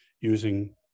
using